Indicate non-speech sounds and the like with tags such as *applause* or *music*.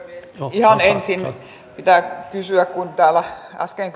ihan ensin pitää kysyä kun täällä äsken *unintelligible*